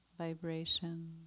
vibration